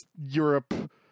Europe